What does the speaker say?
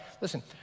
listen